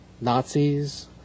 Nazis